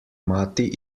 mati